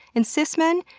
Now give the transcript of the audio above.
and cis men,